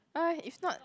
ah if not